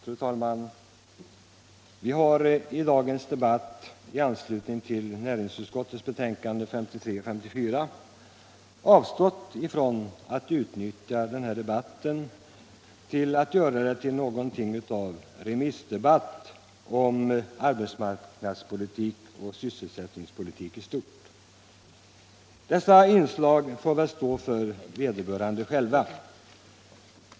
Fru talman! Vi har avstått från att göra dagens debatt i anledning av näringsutskottets betänkanden nr 53 och 54 till något av en remissdebatt om arbetsmarknadspolitik och sysselsättningspolitik i stort. Sådana inslag här får väl stå för vederbörande själva.